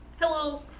Hello